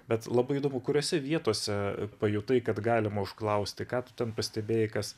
bet labai įdomu kuriose vietose pajutai kad galima užklausti ką tu ten pastebėjai kas